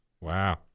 Wow